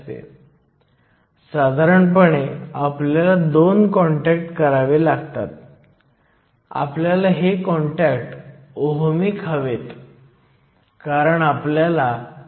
जेव्हा आपण pn किंवा np असे म्हणतो तेव्हा प्लस अनिवार्यपणे सूचित करतो की हे खूप डोप केलेले आहे